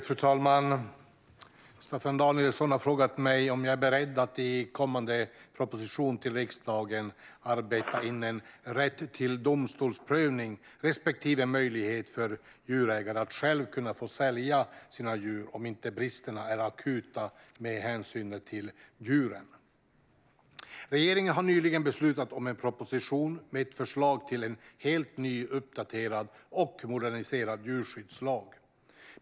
Fru talman! Staffan Danielsson har frågat mig om jag är beredd att i kommande proposition till riksdagen arbeta in en rätt till domstolsprövning respektive en möjlighet för djurägare att själva få sälja sina djur om inte bristerna är akuta med hänseende till djuren. Regeringen har nyligen beslutat om en proposition med ett förslag till en helt ny, uppdaterad och moderniserad djurskyddslag.